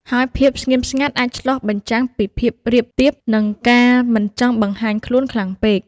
ហើយភាពស្ងៀមស្ងាត់អាចឆ្លុះបញ្ចាំងពីភាពរាបទាប និងការមិនចង់បង្ហាញខ្លួនខ្លាំងពេក។